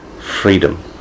freedom